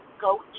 go